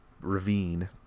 ravine